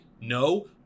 No